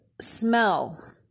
smell